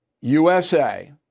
USA